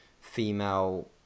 female